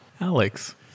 Alex